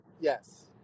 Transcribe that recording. Yes